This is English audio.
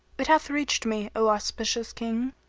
it hath reached me, o auspicious king,